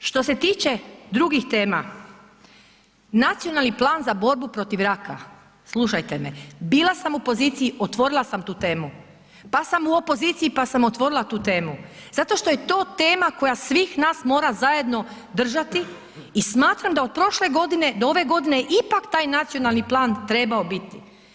Što se tiče drugih tema, Nacionalni plan za borbu protiv raka, slušajte me, bila sa u poziciji, otvorila sam tu temu pa sam u opoziciji pa sam otvorila tu temu zato što je to tema koja svih nas mora zajedno držati i smatram da od prošle godine do ove godine ipak taj nacionalni plan je trebao biti.